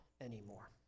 anymore